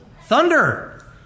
Thunder